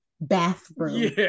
bathroom